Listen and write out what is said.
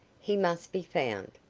he must be found.